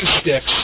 sticks